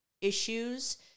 issues